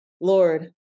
lord